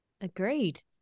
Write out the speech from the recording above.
Agreed